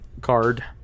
card